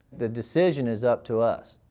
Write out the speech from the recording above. the decision is up to us.